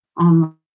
online